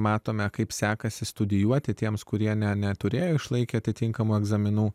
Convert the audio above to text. matome kaip sekasi studijuoti tiems kurie ne neturėjo išlaikė atitinkamų egzaminų